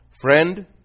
Friend